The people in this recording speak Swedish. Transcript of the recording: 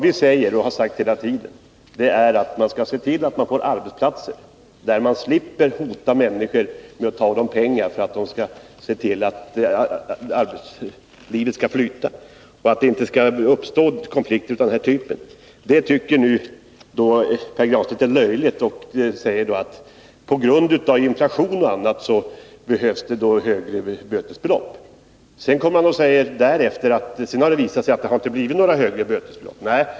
Vi har hela tiden sagt att man skall se till att man får sådana arbetsplatser att man slipper hota människor med att ta av dem pengar för att arbetslivet skall flyta, sådana arbetsplatser alltså att det inte uppstår konflikter av den här typen. Det tycker Pär Granstedt är löjligt. På grund av inflationen och annat behövs det enligt Pär Granstedt högre bötesbelopp. Sedan sade han att det har visat sig att bötesbeloppen inte har blivit högre.